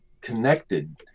connected